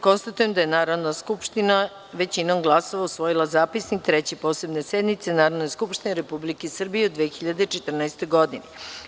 Konstatujem da je Narodna skupština većinom glasova usvojila Zapisnik Treće posebne sednice Narodne skupštine Republike Srbije u 2014. godini.